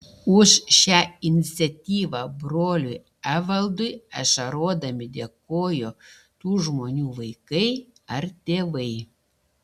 už šią iniciatyvą broliui evaldui ašarodami dėkojo tų žmonių vaikai ar tėvai